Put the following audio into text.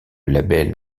label